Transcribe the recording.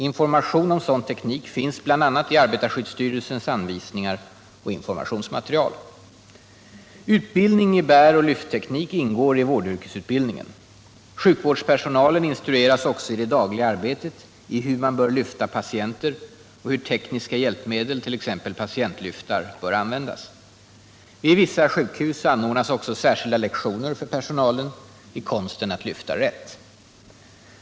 Information om sådan teknik finns bl.a. i arbetarskyddsstyrelsens anvisningar och informationsmaterial. Utbildning i bäroch lyftteknik ingår i vårdyrkesutbildningen. Sjukvårdspersonalen instrueras också i det dagliga arbetet i hur man bör lyfta patienter och hur tekniska hjälpmedel, t.ex. patientlyftar, bör användas. Vid vissa sjukhus anordnas också särskilda lektioner för personalen i konsten att lyfta rätt.